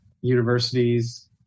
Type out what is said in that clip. Universities